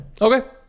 Okay